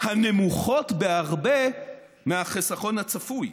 "הנמוכות בהרבה מהחיסכון הצפוי,